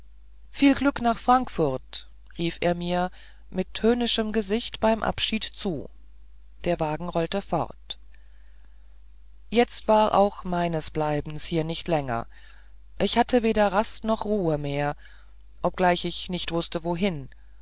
viel glück nach frankfurt rief er mir mit höhnischem gesicht beim abschied zu der wagen rollte fort jetzt war auch meines bleibens hier nicht länger ich hatte weder rast noch ruhe mehr obgleich ich nicht wußte wohin